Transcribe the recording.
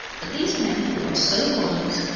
that these men, who are so wise,